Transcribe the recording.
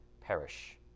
perish